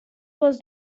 was